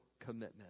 commitment